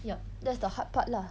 yup that's the hard part lah